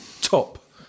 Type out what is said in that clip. top